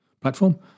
platform